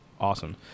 awesome